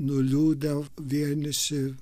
nuliūdę vieniši